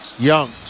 young